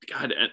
god